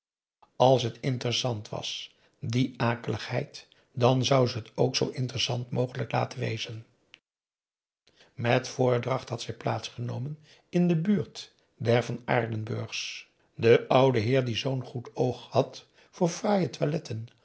als het interessant was die akeligheid dan zou ze het ook zoo interessant mogelijk laten wezen met voordacht had zij plaats genomen in de buurt der van aardenburgs de oude heer die zoo'n goed oog had voor fraaie toiletten